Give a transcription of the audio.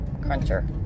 cruncher